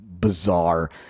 bizarre